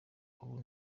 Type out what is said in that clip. ubu